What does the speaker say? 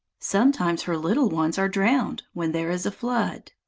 sometimes her little ones are drowned when there is a flood.